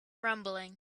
rumbling